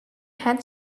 had